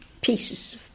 pieces